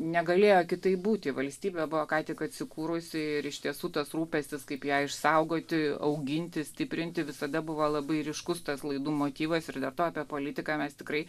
negalėjo kitaip būti valstybė buvo ką tik atsikūrusi ir iš tiesų tas rūpestis kaip ją išsaugoti auginti stiprinti visada buvo labai ryškus tas laidų motyvas ir dar to apie politiką mes tikrai